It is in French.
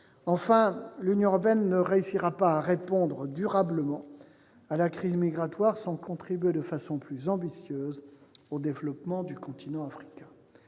l'Union européenne ne réussira pas à répondre durablement à la crise migratoire sans contribuer de façon plus ambitieuse au développement du continent africain.